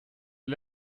der